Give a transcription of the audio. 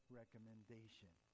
recommendation